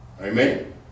Amen